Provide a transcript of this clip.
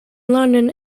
london